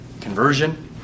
conversion